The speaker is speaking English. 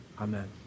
Amen